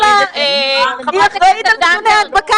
היא אחראית על נתוני ההדבקה,